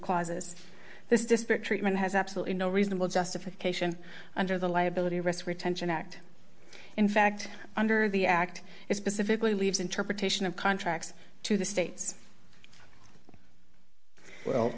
clauses this disparate treatment has absolutely no reasonable justification under the liability risk retention act in fact under the act is specifically leaves interpretation of contracts to the states well